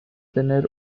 tener